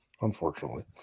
unfortunately